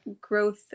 growth